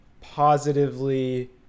positively